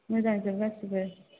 मोजांजोब गासैबो